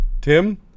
Tim